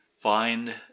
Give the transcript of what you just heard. find